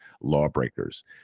lawbreakers